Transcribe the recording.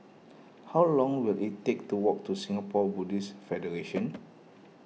how long will it take to walk to Singapore Buddhist Federation